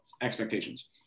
expectations